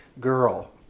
girl